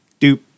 doop